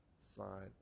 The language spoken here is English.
sign